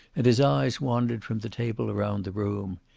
and his eyes wandered from the table around the room.